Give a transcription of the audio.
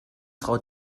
frau